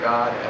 God